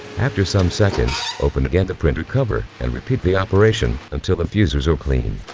after some seconds, open again the printer cover, and repeat the operation, until the fusers are cleaned.